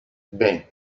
bem